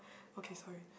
okay sorry